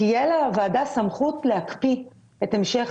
תהיה לוועדה סמכות להקפיא את המשך